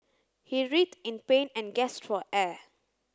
he writhed in pain and gasped for air